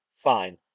fine